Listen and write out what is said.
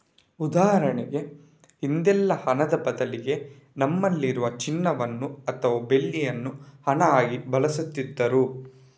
ಉದಾಹರಣೆಗೆ ಹಿಂದೆಲ್ಲ ಹಣದ ಬದಲಿಗೆ ನಮ್ಮಲ್ಲಿ ಇರುವ ಚಿನ್ನವನ್ನ ಅಥವಾ ಬೆಳ್ಳಿಯನ್ನ ಹಣ ಆಗಿ ಬಳಸ್ತಿದ್ರು